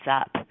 up